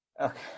Okay